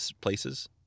places